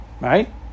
Right